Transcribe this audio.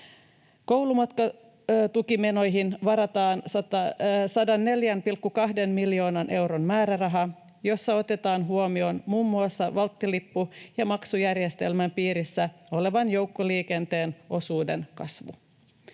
Koulumatkatukimenoihin varataan 104,2 miljoonan euron määräraha, jossa otetaan huomioon muun muassa Waltti-lippu ja maksujärjestelmän piirissä olevan joukkoliikenteen osuuden kasvu.